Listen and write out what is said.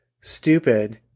stupid